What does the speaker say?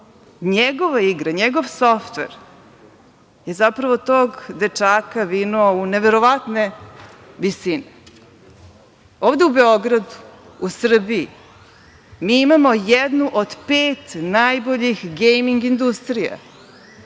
NJegova igra, njegov softver je zapravo tog dečaka vinuo u neverovatne visine. Ovde u Beogradu, u Srbiji, mi imamo jednu od pet najboljih gejming industrija,